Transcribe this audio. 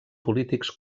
polítics